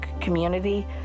community